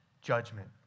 judgment